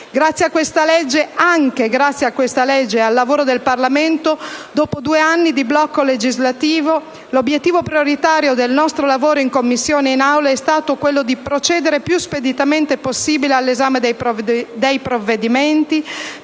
n. 234 del 2012. Anche grazie a questa legge e al lavoro del Parlamento, dopo due anni di blocco legislativo, l'obiettivo prioritario del nostro lavoro in Commissione e in Aula è stato, infatti, quello di procedere il più speditamente possibile all'esame dei provvedimenti